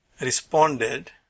responded